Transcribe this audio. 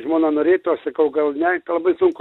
žmona norėtų aš sakau gal ne labai sunku